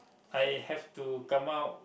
I have to come out